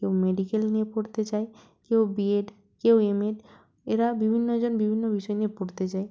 কেউ মেডিক্যাল নিয়ে পড়তে চায় কেউ বি এড কেউ এম এড এরা বিভিন্ন জন বিভিন্ন বিষয় নিয়ে পড়তে চায়